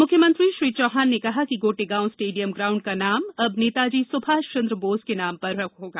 मुख्यमंत्री श्री चौहान ने कहा कि गोटेगांव स्टेडियम ग्राउंड का नाम अब नेताजी सुभाषचंद्र बोस के नाम पर होगा